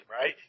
right